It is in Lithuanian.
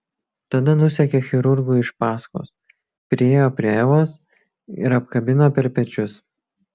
tada nusekė chirurgui iš paskos priėjo prie evos ir apkabino per pečius